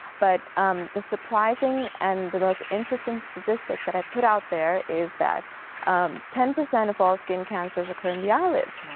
but um the surprising and the most interesting statistic that i putout there is that ten percent of all skin cancers occur in the eyelid,